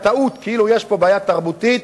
הטעות כאילו יש כאן בעיה תרבותית,